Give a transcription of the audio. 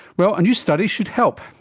well, a new study should help,